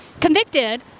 convicted